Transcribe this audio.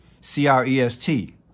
c-r-e-s-t